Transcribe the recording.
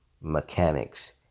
mechanics